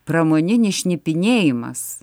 pramoninis šnipinėjimas